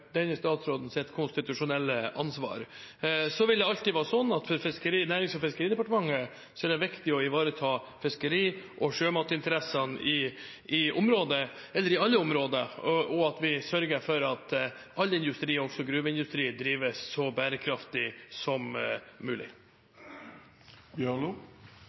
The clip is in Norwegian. denne statsrådens konstitusjonelle ansvar. Så vil det alltid være slik at for Nærings- og fiskeridepartementet er det viktig å ivareta fiskeri- og sjømatinteressene i alle områder, og at vi sørger for at all industri, også gruveindustri, drives så bærekraftig som